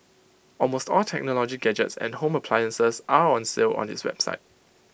almost all technology gadgets and home appliances are on sale on its website